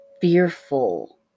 fearful